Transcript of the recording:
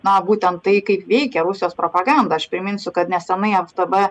na būtent tai kaip veikia rusijos propaganda aš priminsiu kad neseniai ftb